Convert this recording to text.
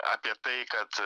apie tai kad